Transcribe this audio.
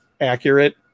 accurate